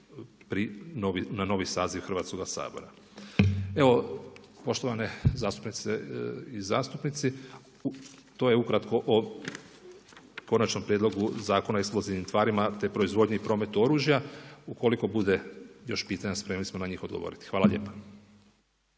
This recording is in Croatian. na novi saziv Hrvatskoga sabora. Evo, poštovane zastupnice i zastupnici to je ukratko o Konačnom prijedlogu zakona o eksplozivnim tvarima te proizvodnji i prometu oružja. Ukoliko bude još pitanja, spremni smo na njih odgovoriti. Hvala lijepa.